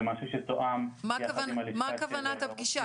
זה משהו שתואם יחד עם הלשכה של --- מה כוונת הפגישה?